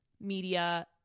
media